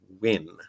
win